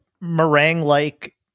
meringue-like